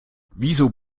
warum